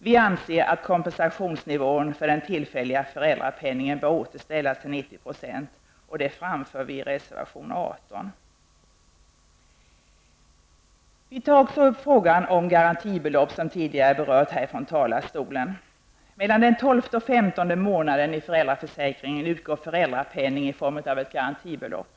Vi anser att kompensationsnivån för den tillfälliga föräldrapenningen bör återställas till 90 %. Detta framför vi i reservation 18. Vi tar också upp frågan om garantibelopp, som har nämnts tidigare i debatten. Mellan den tolfte och femtonde månaden i föräldraförsäkringen utgår föräldrapenning i form av ett garantibelopp.